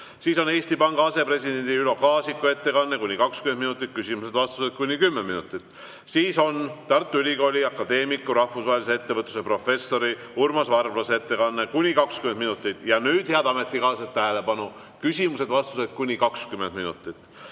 Siis on Eesti Panga asepresidendi Ülo Kaasiku ettekanne, kuni 20 minutit, ning küsimused ja vastused, kuni 10 minutit. Siis on akadeemiku, Tartu Ülikooli rahvusvahelise ettevõtluse professori Urmas Varblase ettekanne, kuni 20 minutit. Ja nüüd, head ametikaaslased, tähelepanu: küsimused ja vastused on kuni 20 minutit.